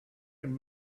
can